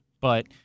but-